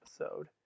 episode